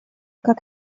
как